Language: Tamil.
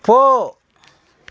போ